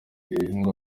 ibihingwa